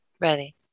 ready